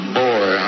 boy